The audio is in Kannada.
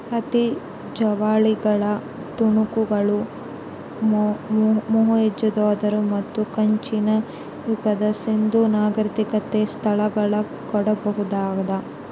ಹತ್ತಿ ಜವಳಿಗಳ ತುಣುಕುಗಳು ಮೊಹೆಂಜೊದಾರೋ ಮತ್ತು ಕಂಚಿನ ಯುಗದ ಸಿಂಧೂ ನಾಗರಿಕತೆ ಸ್ಥಳಗಳಲ್ಲಿ ಕಂಡುಬಂದಾದ